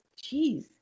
Jeez